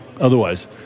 Otherwise